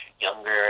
younger